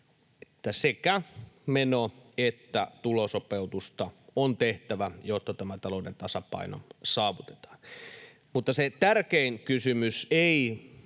sekä meno- että tulosopeutusta on tehtävä, jotta tämä talouden tasapaino saavutetaan. Mutta se tärkein kysymys ei